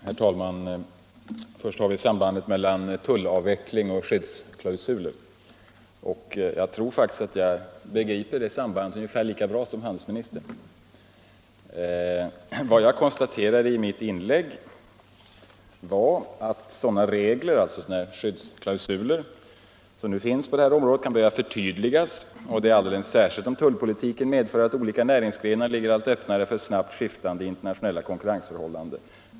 Herr talman! Jag tror faktiskt att jag begriper sambandet mellan tullavveckling och skyddsklausuler ungefär lika bra som handelsministern. Vad jag konstaterade i mitt förra inlägg var att sådana skyddsklausuler som nu finns kan börja förtydligas, detta alldeles särskilt om tullpolitiken medför att olika näringsgrenar ligger allt öppnare för snabbt skiftande internationella konkurrensförhållanden.